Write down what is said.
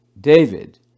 David